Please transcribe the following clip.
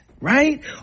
right